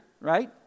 right